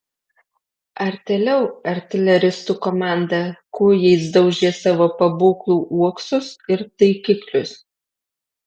artėliau artileristų komanda kūjais daužė savo pabūklų uoksus ir taikiklius